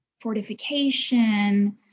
fortification